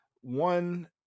one